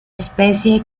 especie